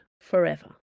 forever